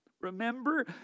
Remember